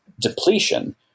depletion